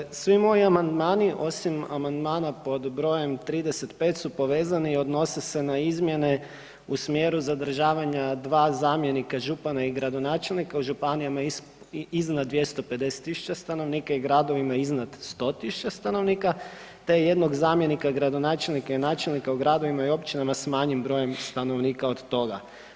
Dakle, svi moji amandmani osim amandmana pod brojem 35 su povezani i odnose se na izmjene u smjeru zadržavanja dva zamjenika župana i gradonačelnika u županijama iznad 250 000 stanovnika i gradovima iznad 100 000 stanovnika, te jednog zamjenika gradonačelnika i načelnika u gradovima i općinama sa manjim brojem stanovnika od toga.